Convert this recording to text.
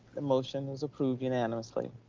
the motion is approved unanimously.